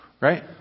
right